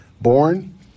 Born